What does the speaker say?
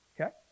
okay